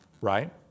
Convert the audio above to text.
right